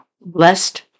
Blessed